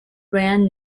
brand